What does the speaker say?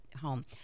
home